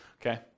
okay